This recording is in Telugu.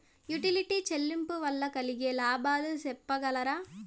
యుటిలిటీ చెల్లింపులు వల్ల కలిగే లాభాలు సెప్పగలరా?